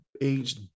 aged